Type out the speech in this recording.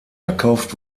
verkauft